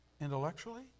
intellectually